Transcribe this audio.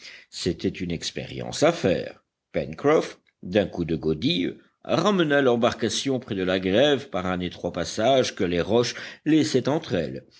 c'était une expérience à faire pencroff d'un coup de godille ramena l'embarcation près de la grève par un étroit passage que les roches laissaient entre elles